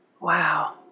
Wow